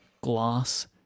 glass